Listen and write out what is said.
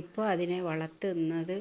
ഇപ്പോൾ അതിനെ വളർത്തുന്നത്